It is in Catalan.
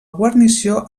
guarnició